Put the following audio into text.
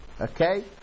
Okay